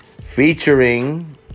featuring